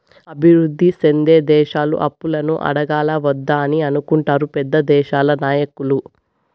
అభివృద్ధి సెందే దేశాలు అప్పులను అడగాలా వద్దా అని అనుకుంటారు పెద్ద దేశాల నాయకులు